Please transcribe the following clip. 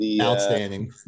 Outstanding